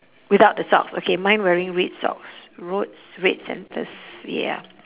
without the socks okay mine wearing red socks red centres yeah